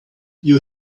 you